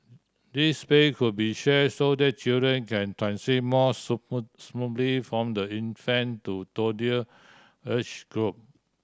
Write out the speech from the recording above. these space could be share so that children can transit more smoothly from the infant to toddler age group